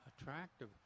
attractive